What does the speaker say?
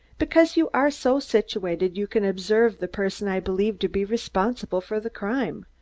because you are so situated you can observe the person i believe to be responsible for the crime,